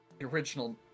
original